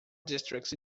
districts